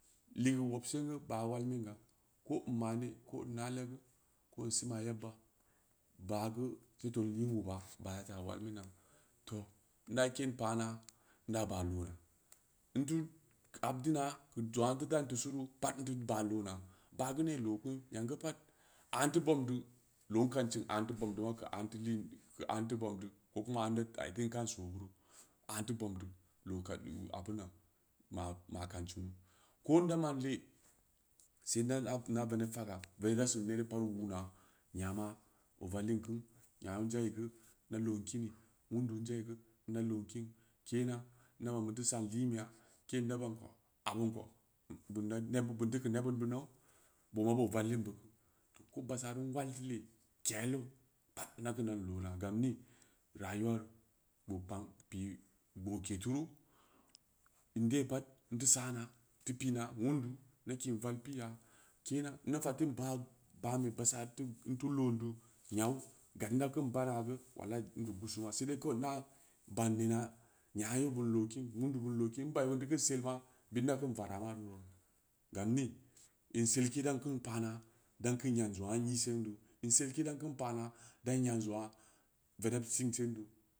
Li geu wub sen geu baah walminga ko unmale ko un na legu ko un sima yebba baah geu seto in li in wub ba baah da ta wal mina tooh in da keen pana inda baah loona in kuk habdina keu jungaa in teu dan tusuru pat in teu baah loona baah geu ne loku yam geu pat a in teu boom deu looin kancin a in teu bob deuma keu a in teu lin keu a inteu boom ko kuma a itin kan soo beuru a in teu bobm deu loo'i kan abun nan ma-ma kan cuuko ida ma'an le sel inda- inda veneb faga veneb da sin nere geu pat wuna yama ovallinkeu nya in jal geu inda lo on kini wundu in jai geu inda lo'on kin kena in ban buuri teu san linbeya keen da ban kou abun kou bein teu keu nebud bu nau boma bo vallin bunku tooh ko baahsa ru in wal teu lee kelu pat ida keun dan loona gam ni rayuwa gbo kpang pii gboke turu in de pat in teu sama teu pina wundu mda kin val piya kena inda fatin baah baan be baah sa tun- inteu loondu nyau gad inda keun bana geu wallai in dug gusuma sedei kawei ma baan ina nyayeun beun loo kin wundu beun loon kin in bai beun teu keun selma bid inda keun vara gam ni in selke dan keun pana dan keun yanzong aa in isendu in selke dan keun pana dan yan zong'aa veneb sing sendu